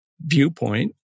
viewpoint